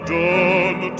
done